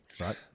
right